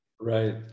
Right